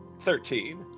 Thirteen